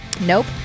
Nope